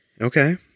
Okay